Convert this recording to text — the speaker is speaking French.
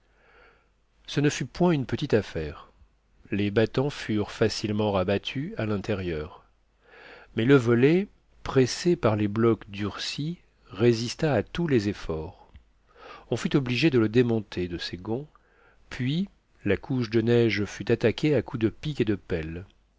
ce ne fut point une petite affaire les battants furent facilement rabattus à l'intérieur mais le volet pressé par les blocs durcis résista à tous les efforts on fut obligé de le démonter de ses gonds puis la couche de neige fut attaquée à coups de pic et de pelle